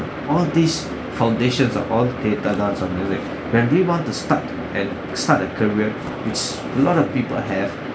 all these foundations are all theatre dance and music when they want to start and start a career it's a lot of people have